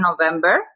November